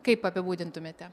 kaip apibūdintumėte